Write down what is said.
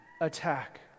attack